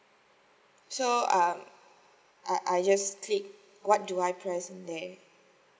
so um I I just click what do I press there